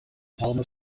polymer